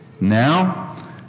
Now